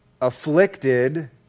afflicted